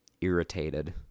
irritated